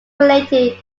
related